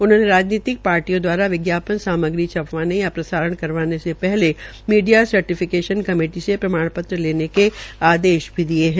उन्होंने राजनीतिक पार्टियों द्वारा विज्ञापन सामग्री छपवाने या प्रसारण करवाने से पहले मीडिया सर्टिफिकेशन कमेटी से प्रमाण पत्र लेने के आदेश भी दिये है